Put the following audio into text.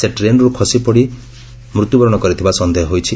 ସେ ଟ୍ରେନ୍ରୁ ଖସିପଡ଼ି ମୃତ୍ୟୁବରଣ କରିଥିବା ସନ୍ଦେହ ହୋଇଛି